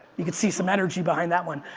you could see some energy behind that one.